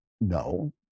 No